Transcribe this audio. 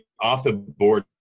off-the-board